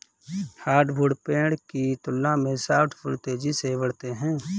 hardwood पेड़ की तुलना में सॉफ्टवुड तेजी से बढ़ते हैं